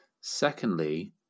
Secondly